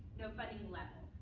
no funding level.